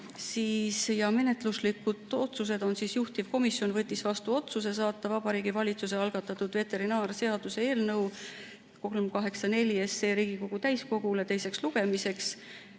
teistelt. Menetluslikud otsused. Juhtivkomisjon võttis vastu otsuse saata Vabariigi Valitsuse algatatud veterinaarseaduse eelnõu 384 Riigikogu täiskogule teiseks lugemiseks